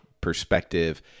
perspective